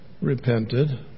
repented